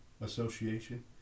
association